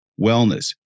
wellness